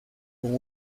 con